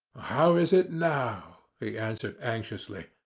how is it now? he answered anxiously,